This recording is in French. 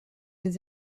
des